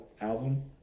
album